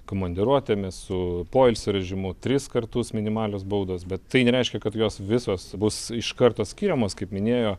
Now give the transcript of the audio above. komandiruotėmis su poilsio režimu tris kartus minimalios baudos bet tai nereiškia kad jos visos bus iš karto skiriamos kaip minėjo